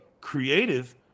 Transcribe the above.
creative